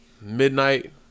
midnight